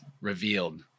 revealed